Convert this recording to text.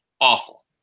Awful